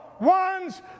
ones